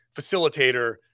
facilitator